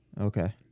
Okay